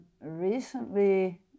recently